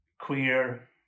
queer